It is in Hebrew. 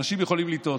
אנשים יכולים לטעות,